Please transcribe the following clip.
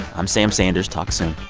i'm sam sanders. talk so